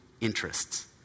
interests